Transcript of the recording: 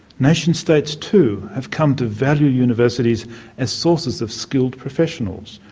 nation states too have come to value universities as sources of skilled professionals,